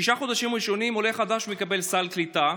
בששת החודשים הראשונים עולה חדש מקבל סל קליטה,